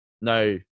no